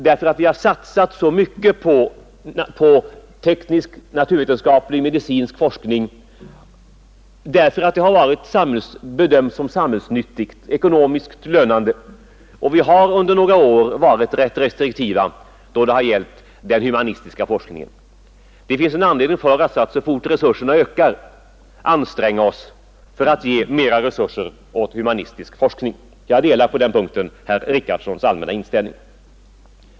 Vi har satsat så mycket på teknisk, naturvetenskaplig och medicinsk forskning därför att den bedömts som samhällsnyttig och ekonomiskt lönande, och vi har under några år varit mycket restriktiva när det gäller den humanistiska forskningen. Vi har anledning att så fort resurserna Ökar anstränga oss för att satsa mera på humanistisk forskning. Jag delar på denna punkt herr Richardsons allmänna inställning.